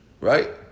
right